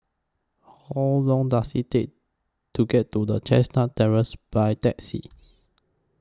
How Long Does IT Take to get to The Chestnut Terrace By Taxi